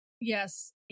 Yes